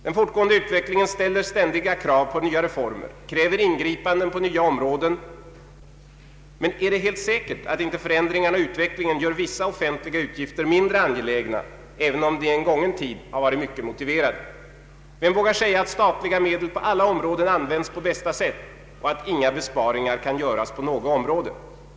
Den fortgående utvecklingen ställer ständigt krav på nya reformer — kräver ingripanden på nya områden. Men är det helt säkert, att inte förändringar na och utvecklingen gör vissa offentliga utgifter mindre angelägna, även om de i en gången tid har varit mycket motiverade? Vem vågar säga, att statliga medel på alla områden används på bästa sätt och att inga besparingar kan göras på något område?